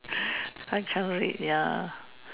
I can't read ya